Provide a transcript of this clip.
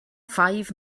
five